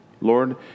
Lord